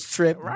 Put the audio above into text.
Trip